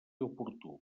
oportú